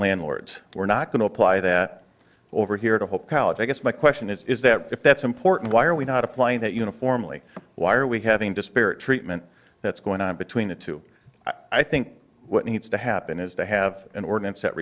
landlords we're not going to apply that over here to hope college i guess my question is is that if that's important why are we not applying that uniformly why are we having disparate treatment that's going on between the two i think what needs to happen is to have an ordinance that